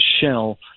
shell